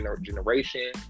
generation